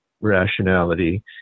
rationality